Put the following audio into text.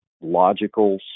logical